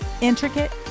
Intricate